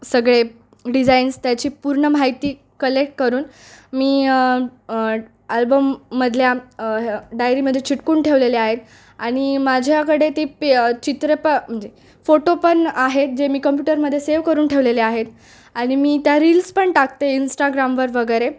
सगळे डिझाईन्स त्याची पूर्ण मााहिती कलेक्ट करून मी अल्बममधल्या डायरीमध्ये चिटकवून ठेवलेले आहेत आणि माझ्याकडे ते पे चित्रप म्हणजे फोटो पण आहेत जे मी कंम्प्युटरमध्ये सेव्ह करून ठेवलेले आहेत आणि मी त्या रील्स पण टाकते इंस्टाग्रामवर वगैरे